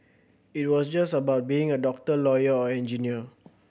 it was just about being a doctor lawyer or engineer